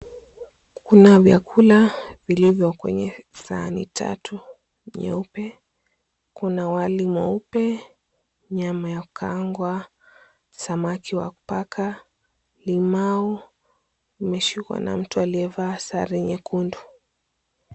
Kuna vyakula vilivyo kwenye sahani tatu nyeupe. Kuna wali mweupe, nyama ya kukaangwa, samaki wa kupaka, limau imeshikwa na mtu aliyevaa sare nyekundu.